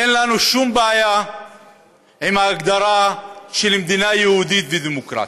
אין לנו שום בעיה עם ההגדרה של מדינה יהודית ודמוקרטית.